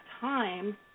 time